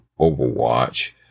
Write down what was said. Overwatch